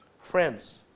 Friends